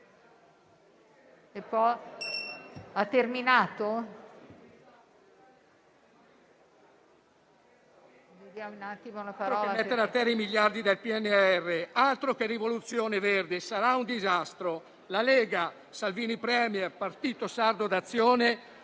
Altro che rivoluzione verde, sarà un disastro. Il Gruppo Lega-Salvini Premier-Partito Sardo d'Azione